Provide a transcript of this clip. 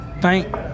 thank